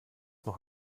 noch